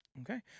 Okay